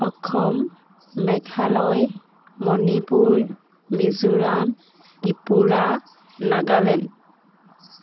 Assam Meghalaya Manipur Mizoram Tripura Nagaland